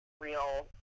real